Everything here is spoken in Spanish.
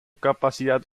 capacidad